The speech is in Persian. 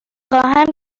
خواهم